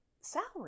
salary